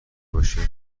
باشم